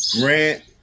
Grant